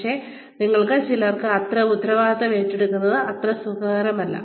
പക്ഷേ ഞങ്ങളിൽ ചിലർക്ക് അത്തരം ഉത്തരവാദിത്തം ഏറ്റെടുക്കുന്നത് അത്ര സുഖകരമല്ല